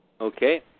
Okay